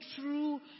true